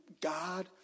God